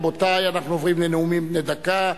רבותי, אנחנו עוברים לנאומים בני דקה,